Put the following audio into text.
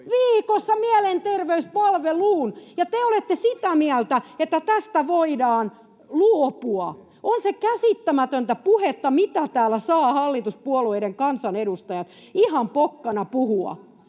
viikossa! — mielenterveyspalveluun. Ja te olette sitä mieltä, että tästä voidaan luopua. On se käsittämätöntä puhetta, mitä täällä saavat hallituspuolueiden kansanedustajat ihan pokkana puhua.